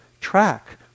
track